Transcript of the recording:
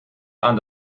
aan